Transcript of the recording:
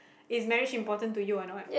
is marriage important to you or not